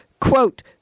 quote